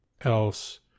else